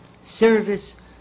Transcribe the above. service